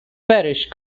parish